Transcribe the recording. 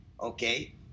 okay